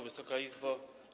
Wysoka Izbo!